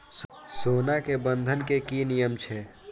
सोना के बंधन के कि नियम छै?